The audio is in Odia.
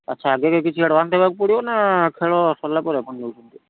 ଆଚ୍ଛା ଆଗେ ବି କିଛି ଆଡ଼ଭାନ୍ସ୍ ଦେବାକୁ ପଡ଼ିବ ନା ଖେଳ ସରିଲା ପରେ ଆପଣ ନେଉଛନ୍ତି